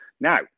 now